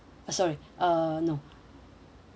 uh sorry uh no